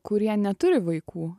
kurie neturi vaikų